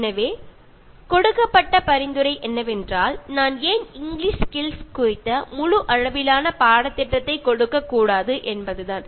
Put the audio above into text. எனவே கொடுக்கப்பட்ட பரிந்துரை என்னவென்றால் நான் ஏன் இங்கிலீஷ் ஸ்கில்ஸ் குறித்த முழு அளவிலான பாடத்திட்டத்தை கொடுக்கக் கூடாது என்பதுதான்